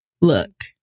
Look